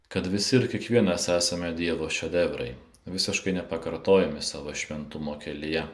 kad visi ir kiekvienas esame dievo šedevrai visiškai nepakartojami savo šventumo kelyje